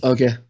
Okay